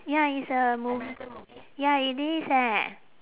ya it's a mo~ ya it is eh